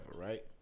right